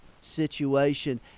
situation